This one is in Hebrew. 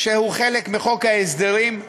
שהוא חלק מחוק ההסדרים,